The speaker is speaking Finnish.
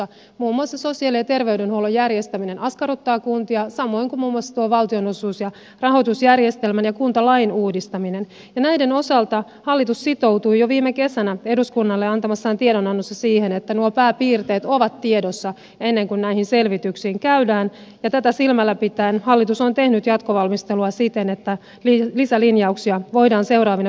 muun muassa sosiaali ja terveydenhuollon järjestäminen askarruttaa kuntia samoin kuin muun muassa tuo valtionosuus ja rahoitusjärjestelmän ja kuntalain uudistaminen ja näiden osalta hallitus sitoutui jo viime kesänä eduskunnalle antamassaan tiedonannossa siihen että nuo pääpiirteet ovat tiedossa ennen kuin näihin selvityksiin käydään ja tätä silmällä pitäen hallitus on tehnyt jatkovalmistelua siten että lisälinjauksia voidaan seuraavina viikkoina tehdä